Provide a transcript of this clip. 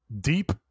deep